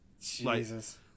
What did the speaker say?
Jesus